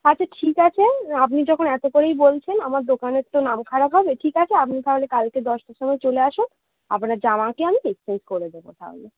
আচ্ছা ঠিক আছে আপনি যখন এত করেই বলছেন আমার দোকানের তো নাম খারাপ হবে ঠিক আছে আপনি তাহলে কালকে দশটার সময় চলে আসুন আপনার জামাকে আমি এক্সচেঞ্জ করে দেবো তাহলে